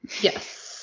Yes